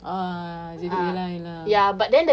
ah ye lah ye lah